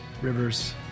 rivers